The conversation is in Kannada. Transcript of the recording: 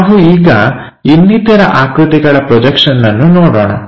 ನಾವು ಈಗ ಇನ್ನಿತರ ಆಕೃತಿಗಳ ಪ್ರೊಜೆಕ್ಷನ್ಅನ್ನು ನೋಡೋಣ